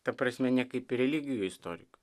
ta prasme ne kaip religijų istorikui